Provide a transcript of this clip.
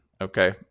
Okay